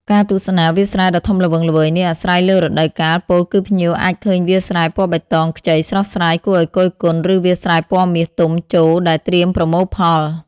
ការទស្សនាវាលស្រែដ៏ធំល្វឹងល្វើយនេះអាស្រ័យលើរដូវកាល ពោលគឺភ្ញៀវអាចឃើញវាលស្រែពណ៌បៃតងខ្ចីស្រស់ស្រាយគួរឲ្យគយគន់ ឬវាលស្រែពណ៌មាសទុំជោរដែលត្រៀមប្រមូលផល ។